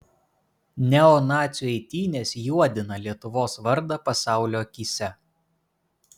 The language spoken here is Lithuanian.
neonacių eitynės juodina lietuvos vardą pasaulio akyse